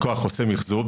לקוח עושה מחזור,